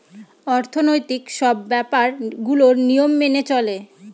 অর্থনৈতিক সব ব্যাপার গুলোর নিয়ম মেনে চলে